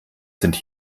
sind